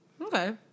Okay